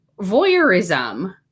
voyeurism